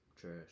Trash